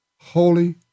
holy